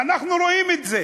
ואנחנו רואים את זה,